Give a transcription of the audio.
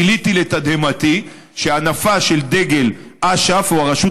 גיליתי לתדהמתי שהנפה של דגל אש"ף או של הרשות